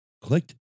clicked